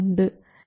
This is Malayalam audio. VSG 3 V vi